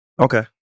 Okay